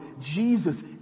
Jesus